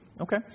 Okay